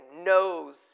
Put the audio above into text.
knows